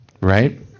right